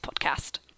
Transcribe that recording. podcast